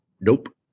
Nope